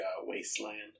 wasteland